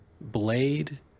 Blade